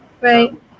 Right